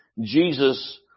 Jesus